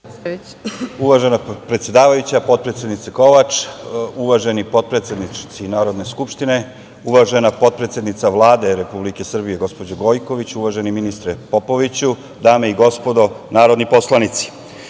Uvažena predsedavajuća, potpredsednice Kovač, uvaženi potpredsednici Narodne skupštine, uvažena potpredsednice Vlade Republike Srbije, gospođo Gojković, uvaženi ministre Popoviću, dame i gospodo narodni poslanici,